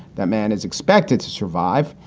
that man is expected to survive.